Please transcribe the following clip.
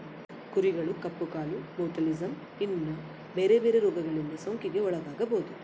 ಕುರಿಗಳು ಕಪ್ಪು ಕಾಲು, ಬೊಟುಲಿಸಮ್, ಇನ್ನ ಬೆರೆ ಬೆರೆ ರೋಗಗಳಿಂದ ಸೋಂಕಿಗೆ ಒಳಗಾಗಬೊದು